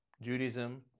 Judaism